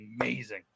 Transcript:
amazing